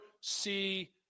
see